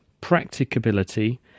practicability